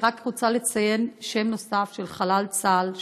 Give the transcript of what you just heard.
אני רק רוצה לציין שם נוסף של חלל צה"ל,